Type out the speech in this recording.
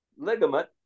ligament